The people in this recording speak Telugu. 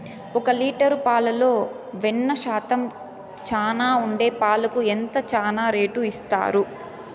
ఒక లీటర్ పాలలో వెన్న శాతం చానా ఉండే పాలకు ఎంత చానా రేటు ఇస్తారు?